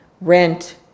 rent